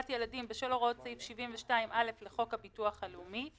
ילדים בשל הוראות סעיף 72(א) לחוק הביטוח הלאומי",